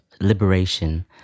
liberation